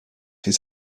his